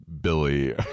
Billy